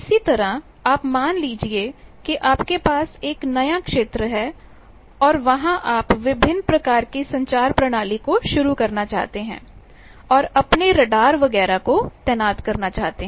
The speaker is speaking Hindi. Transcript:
इसी तरह आप मान लीजिए कि आपके पास एक नया क्षेत्र है और वहां आप विभिन्न प्रकार की संचार प्रणाली को शुरू करना चाहते हैं और अपने रडार वगैरह को तैनात करना चाहते हैं